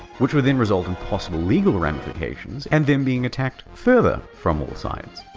which would then result in possible legal ramifications, and then being attacked further from all sides.